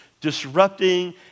disrupting